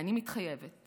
אני מתחייבת